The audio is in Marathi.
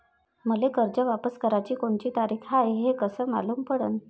मले कर्ज वापस कराची कोनची तारीख हाय हे कस मालूम पडनं?